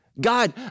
God